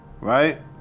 right